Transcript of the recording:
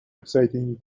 exciting